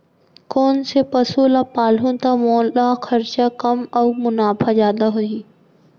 कोन से पसु ला पालहूँ त मोला खरचा कम अऊ मुनाफा जादा होही?